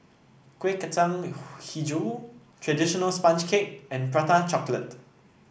Kuih Kacang hijau traditional sponge cake and Prata Chocolate